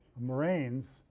moraines